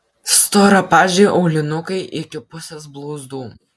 storapadžiai aulinukai iki pusės blauzdų